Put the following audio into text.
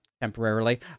temporarily